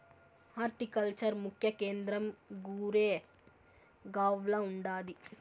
horticulture ముఖ్య కేంద్రం గురేగావ్ల ఉండాది